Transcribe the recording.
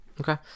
Okay